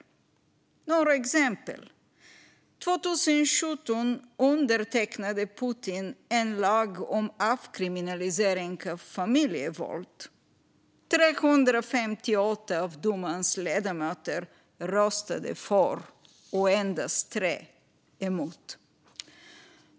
Här följer några exempel: År 2017 undertecknade Putin en lag om avkriminalisering av familjevåld; 358 av dumans ledamöter röstade för och endast tre emot.